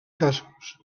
casos